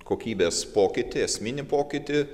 kokybės pokytį esminį pokytį